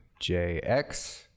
JX